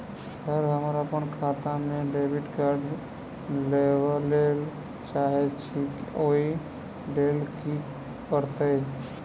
Sir हम अप्पन खाता मे डेबिट कार्ड लेबलेल चाहे छी ओई लेल की परतै?